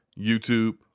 YouTube